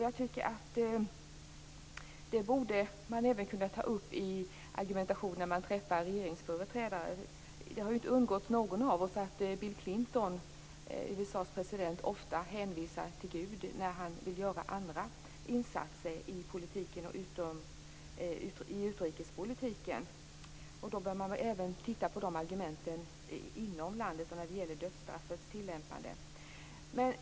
Jag tycker att man borde kunna ta upp detta i argumentationen även när man träffar regeringsföreträdare. Det har väl inte undgått någon av oss att Bill Clinton, USA:s president, ofta hänvisar till Gud när han vill göra andra insatser, t.ex. i utrikespolitiken. Då bör man även titta på de argumenten inom landet, t.ex. när det gäller dödsstraffets tillämpande.